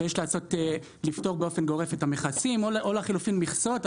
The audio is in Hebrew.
שיש לפטור באופן גורף את המכסים או לחילופין מכסות,